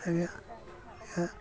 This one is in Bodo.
जोङो